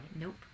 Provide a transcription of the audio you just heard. Nope